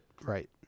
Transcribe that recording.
Right